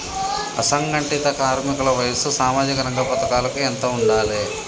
అసంఘటిత కార్మికుల వయసు సామాజిక రంగ పథకాలకు ఎంత ఉండాలే?